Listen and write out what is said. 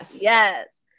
Yes